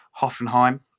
Hoffenheim